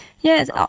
Yes